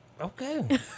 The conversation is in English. Okay